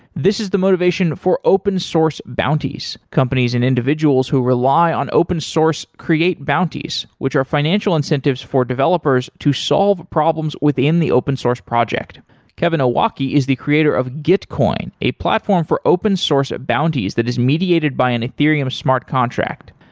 this is the motivation for open source bounties companies and individuals who rely on open source create bounties which are financial incentives for developers to solve problems within the open source project kevin owocki is the creator of gitcoin, a platform for open source of bounties that is mediated by an ethereum smart contract.